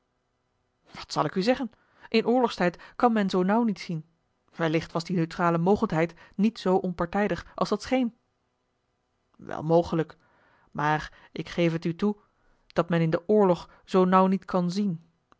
wat zal ik u zeggen in oorlogstijd kan men zoo nauw niet zien wellicht was die neutrale mogendheid niet zoo onpartijdig als dat scheen wel mogelijk maar ik geef het u toe dat men in den oorlog zoo nauw niet kan zien